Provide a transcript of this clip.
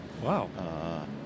Wow